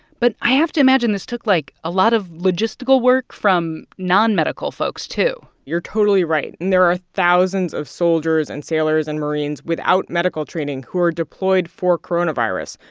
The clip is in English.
but i have to imagine this took, like, a lot of logistical work from nonmedical folks, too you're totally right. and there are thousands of soldiers and sailors and marines without medical training who are deployed for coronavirus,